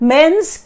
Men's